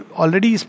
already